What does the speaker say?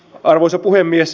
arvoisa puhemies